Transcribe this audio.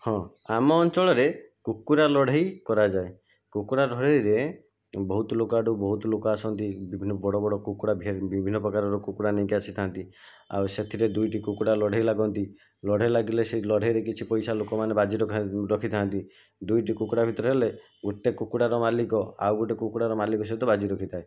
ହଁ ଆମ ଅଞ୍ଚଳରେ କୁକୁରା ଲଢ଼େଇ କରାଯାଏ କୁକୁଡ଼ା ଲଢ଼େଇରେ ବହୁତ ଲୋକ ଆଡ଼ୁ ବହୁତ ଲୋକ ଆସନ୍ତି ବିଭିନ୍ନ ବଡ଼ ବଡ଼ କୁକୁଡ଼ା ବିଭିନ୍ନ ପ୍ରକାରର କୁକୁଡ଼ା ନେଇକି ଆସିଥାନ୍ତି ଆଉ ସେଥିରେ ଦୁଇଟି କୁକୁଡ଼ା ଲଢ଼େଇ ଲାଗନ୍ତି ଲଢ଼େଇ ଲାଗିଲେ ସେ ଲଢ଼େଇରେ କିଛି ପଇସା ଲୋକମାନେ ବାଜି ରଖା ରଖିଥାନ୍ତି ଦୁଇଟି କୁକୁଡ଼ା ଭିତରେ ହେଲେ ଗୋଟିଏ କୁକୁଡ଼ାର ମାଲିକ ଆଉ ଗୋଟିଏ କୁକୁଡ଼ାର ମାଲିକ ସହିତ ବାଜି ରଖିଥାଏ